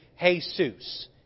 Jesus